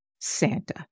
Santa